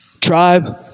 tribe